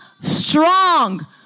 strong